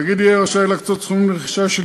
התאגיד יהיה רשאי להקצות סכומים לרכישה של